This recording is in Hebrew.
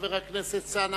חבר הכנסת אלסאנע,